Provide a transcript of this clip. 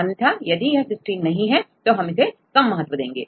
अन्यथा यदि यह सिस्टीन नहीं है तो हम इसे कम महत्व देंगे